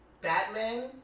Batman